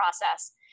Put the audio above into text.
process